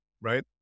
right